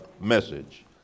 message